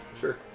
Sure